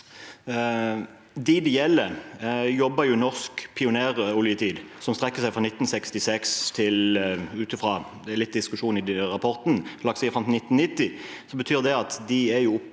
De det gjelder, jobbet i norsk pioneroljetid, som strekker seg fra 1966 til la